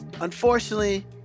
unfortunately